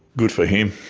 good for him.